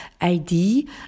ID